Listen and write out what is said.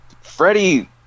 Freddie –